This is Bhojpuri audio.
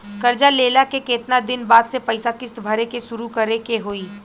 कर्जा लेला के केतना दिन बाद से पैसा किश्त भरे के शुरू करे के होई?